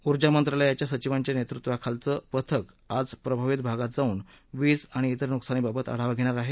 ऊर्जा मंत्रालयाच्या सचिवांच्या नेतृत्व खालचं पथक आज प्रभावीत भागात जावून वीज आणि त्वेर नुकसानीबाबत आढावा घेणार आहेत